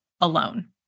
alone